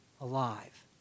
alive